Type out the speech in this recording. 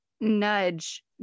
nudge